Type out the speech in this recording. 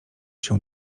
się